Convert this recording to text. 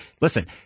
Listen